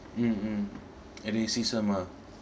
mm mm if you see some ah